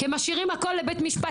כי הם משאירים הכול לבית-משפט,